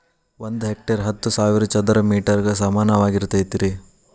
ಒಂದ ಹೆಕ್ಟೇರ್ ಹತ್ತು ಸಾವಿರ ಚದರ ಮೇಟರ್ ಗ ಸಮಾನವಾಗಿರತೈತ್ರಿ